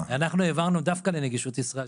העברנו דווקא לנגישות ישראל,